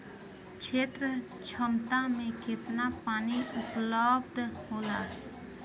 क्षेत्र क्षमता में केतना पानी उपलब्ध होला?